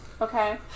Okay